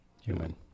human